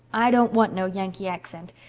i don't want no yankee accent.